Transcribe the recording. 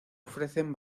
ofrecen